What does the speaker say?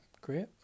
great